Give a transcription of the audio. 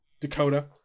Dakota